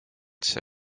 see